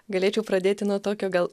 galėčiau pradėti nuo tokio gal